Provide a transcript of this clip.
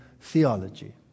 theology